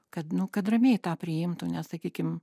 kad nu kad ramiai tą priimtų nes sakykim